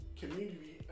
community